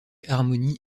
harmony